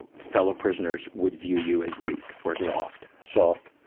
fellow prisoners would view you as weak or soft. soft.